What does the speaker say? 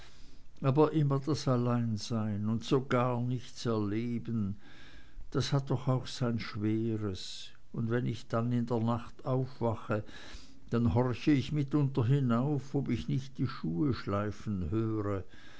aber immer das alleinsein und so gar nichts erleben das hat doch auch sein schweres und wenn ich dann in der nacht aufwache dann horche ich mitunter hinauf ob ich nicht die schuhe schleifen höre